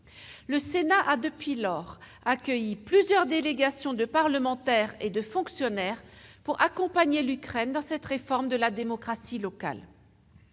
le Sénat a accueilli plusieurs délégations de parlementaires et de fonctionnaires pour accompagner l'Ukraine dans cette réforme de la démocratie locale.